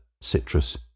citrus